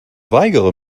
weigere